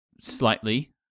slightly